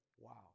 wow